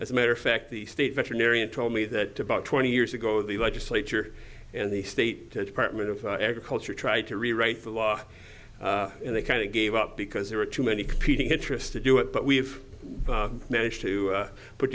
as a matter of fact the state veterinarian told me that about twenty years ago the legislature and the state department of agriculture tried to rewrite the law and they kind of gave up because there were too many competing interests to do it but we've managed to